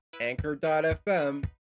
Anchor.fm